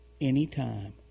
anytime